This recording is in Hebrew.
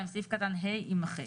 2. ס"ק ה' יימחק.